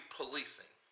policing